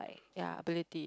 like yea ability